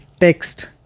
text